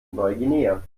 neuguinea